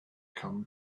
come